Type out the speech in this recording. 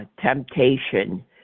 temptation